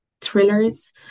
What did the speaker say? thrillers